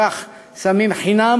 קח סמים חינם.